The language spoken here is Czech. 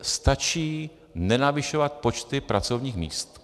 Stačí nenavyšovat počty pracovních míst.